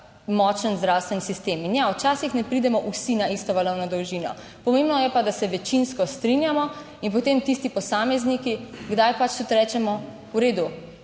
močen zdravstveni sistem. In ja, včasih ne pridemo vsi na isto valovno dolžino, pomembno je pa, da se večinsko strinjamo in potem tisti posamezniki kdaj pač tudi rečemo, v redu,